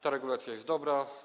Ta regulacja jest dobra.